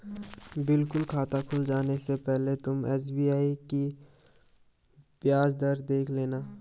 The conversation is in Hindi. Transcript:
बिल्कुल खाता खुल जाने से पहले तुम एस.बी.आई की ब्याज दर देख लेना